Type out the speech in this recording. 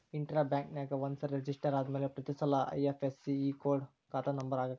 intra ಬ್ಯಾಂಕ್ನ್ಯಾಗ ಒಂದ್ಸರೆ register ಆದ್ಮ್ಯಾಲೆ ಪ್ರತಿಸಲ ಐ.ಎಫ್.ಎಸ್.ಇ ಕೊಡ ಖಾತಾ ನಂಬರ ಹಾಕಂಗಿಲ್ಲಾ